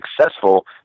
successful